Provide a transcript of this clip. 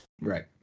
Right